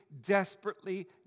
desperately